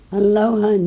Aloha